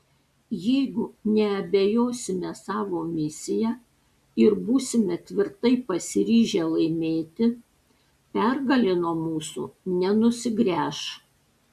jeigu neabejosime savo misija ir būsime tvirtai pasiryžę laimėti pergalė nuo mūsų nenusigręš